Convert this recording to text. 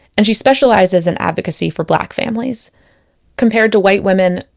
and she specializes in advocacy for black families compared to white women,